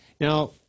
Now